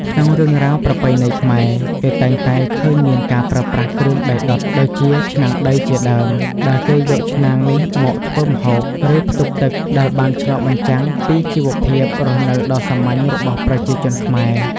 ក្នុងរឿងរ៉ាវប្រពៃណីខ្មែរ គេតែងតែឃើញមានការប្រើប្រាស់គ្រឿងដីដុត ដូចជាឆ្នាំងដីជាដើម ដែលគេយកឆ្នាំងនេះមកធ្វើម្ហូប ឬផ្ទុកទឹក ដែលបានឆ្លុះបញ្ចាំងពីជីវភាពរស់នៅដ៏សាមញ្ញរបស់ប្រជាជនខ្មែរ។